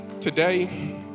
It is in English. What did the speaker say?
Today